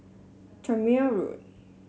Tangmere Road